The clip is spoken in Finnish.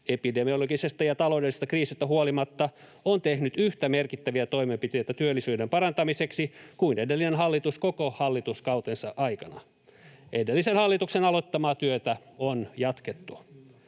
epidemiologisesta ja taloudellisesta kriisistä huolimatta — on tehnyt yhtä merkittäviä toimenpiteitä työllisyyden parantamiseksi kuin edellinen hallitus koko hallituskautensa aikana. Edellisen hallituksen aloittamaa työtä on jatkettu.